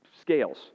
scales